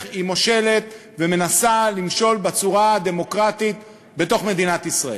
היא מושלת ומנסה למשול בצורה הדמוקרטית בתוך מדינת ישראל?